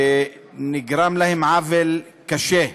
שנגרם להם עוול קשה,